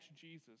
Jesus